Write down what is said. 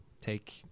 take